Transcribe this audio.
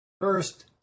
First